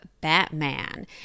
Batman